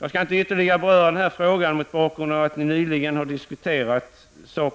Jag skall inte ytterligare diskutera den här frågan, eftersom den nyligen har diskuterats i kammaren.